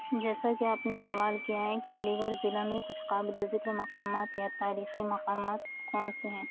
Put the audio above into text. جیسا کہ آپ نے سوال کیا ہے کہ علی گڑھ ضلع میں کچھ قابل ذکر مقامات یا تاریخی مقامات کون سے ہیں